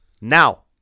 now